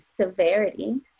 severity